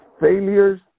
failures